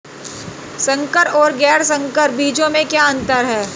संकर और गैर संकर बीजों में क्या अंतर है?